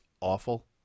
awful